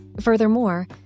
Furthermore